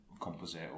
composite